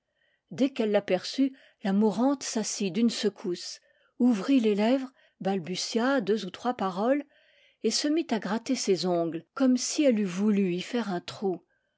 dès qu'elle l'aperçut la mourante s'assit d'une secousse ouvrit les lèvres balbutia deux ou trois paroles et se mit à gratter ses ongles comme si elle eût voulu y faire un trou